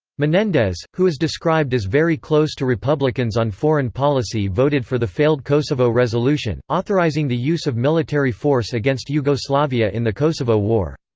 menendez, who is described as very close to republicans on foreign policy voted for the failed kosovo resolution, authorizing the use of military force against yugoslavia in the kosovo war.